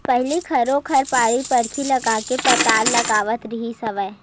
पहिली घरो घर बाड़ी बखरी लगाके पताल लगावत रिहिस हवय